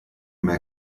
mehr